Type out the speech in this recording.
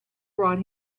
brought